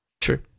True